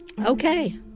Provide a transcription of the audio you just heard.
okay